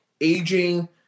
aging